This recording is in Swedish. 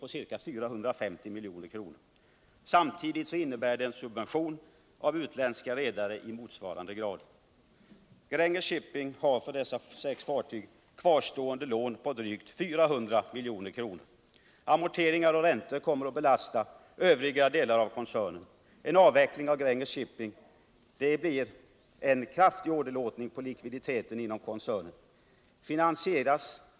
Jag vill fråga regeringens talesman: Är regeringen beredd att, i stället för att intressen i länder med bekvämlighetsflagg eller i Grekland gör det, gå in mot bakgrund av samhällsekonomiska överväganden, beredskapsskäl, folkförsörjningsaspekter i ofredstider och andra allvarliga aspekter och ta över ett rederi, som är komplett, med personal på alla nivåer och med hypermodernt tonnage, som annars slumpas bort och blir en övermäktig konkurrent till annan seriös svensk sjöfart? Herr talman! Jag tackar kommunikationsministern för svaret på frågan Tisdagen den som jag ställde till industriministern.